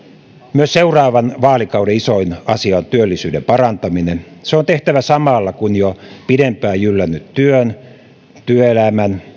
myös seuraavan vaalikauden isoin asia on työllisyyden parantaminen se on tehtävä samalla kun jo pidempään jyllännyt työn työelämän